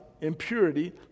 impurity